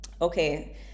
okay